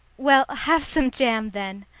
well, have some jam then,